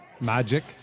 Magic